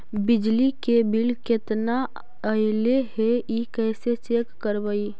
बिजली के बिल केतना ऐले हे इ कैसे चेक करबइ?